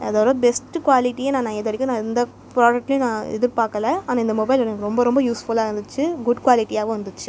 அதோடு பெஸ்ட்டு குவாலிட்டியை நான் நான் இதுவரைக்கும் எந்த ப்ராடக்ட்லேயும் நான் எதிர்பார்க்கல ஆனால் இந்த மொபைல் எனக்கு ரொம்ப ரொம்ப யூஸ்ஃபுல்லாக இருந்துச்சு குட் குவாலிட்டியாகவும் இருந்துச்சு